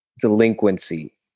delinquency